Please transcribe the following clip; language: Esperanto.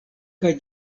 kaj